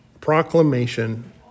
Proclamation